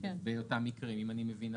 באותם מקרים, אם אני מבין נכון.